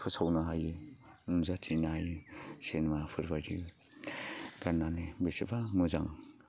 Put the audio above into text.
फोसावनो हायो नुजाथिनो हायो सिनेमाफोर बायदि गाननानै बेसेबा मोजां